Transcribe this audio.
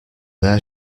their